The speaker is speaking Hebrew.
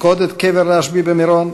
לפקוד את קבר רשב"י במירון.